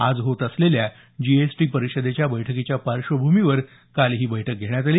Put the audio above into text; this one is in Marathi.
आज होत असलेल्या जीएसटी परिषदेच्या बैठकीच्या पार्श्वभूमीवर काल ही बैठक घेण्यात आली